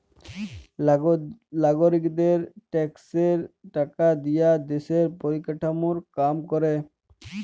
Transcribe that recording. লাগরিকদের ট্যাক্সের টাকা দিয়া দ্যশের পরিকাঠামর কাম ক্যরে